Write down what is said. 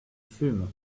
fume